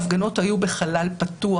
ההפגנות היו בחלל פתוח,